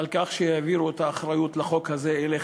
על כך שהעבירו את האחריות לחוק הזה אליך,